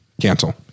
cancel